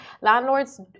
landlords